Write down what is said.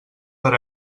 per